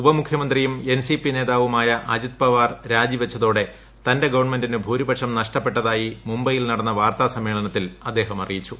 ഉപമുഖ്യമന്ത്രിയും NCP നേതാവുമായ അജിത് പവാർ രാജിവെച്ചതോടെ തന്റെ ഗവൺമെന്റിന് ഭൂരിപക്ഷം നഷ്ടപ്പെട്ടതായി മുംബൈയിൽ നടന്ന് വാർത്താസമ്മേളനത്തിൽ അദ്ദേഹം അറിയിച്ചു